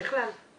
וזה בכלל בחיים.